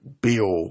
bill